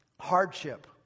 hardship